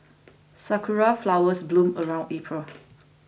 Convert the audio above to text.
sakura flowers bloom around April